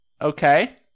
okay